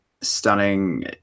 stunning